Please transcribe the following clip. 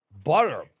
Butter